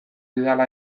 didala